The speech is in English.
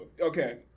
Okay